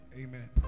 Amen